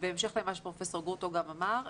בהמשך למה שפרופ' גרוטו גם אמר.